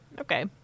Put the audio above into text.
Okay